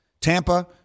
Tampa